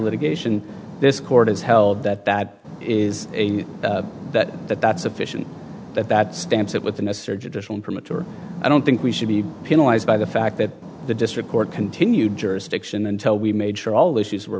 litigation this court has held that that is that that that's sufficient that that stamps it within a surge additional permits or i don't think we should be penalized by the fact that the district court continued jurisdiction until we made sure all issues were